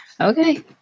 Okay